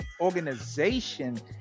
organization